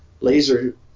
laser